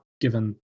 given